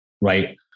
right